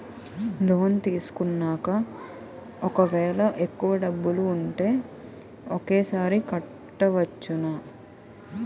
Loan తీసుకున్నాక ఒకవేళ ఎక్కువ డబ్బులు ఉంటే ఒకేసారి కట్టవచ్చున?